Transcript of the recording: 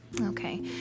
Okay